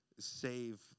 Save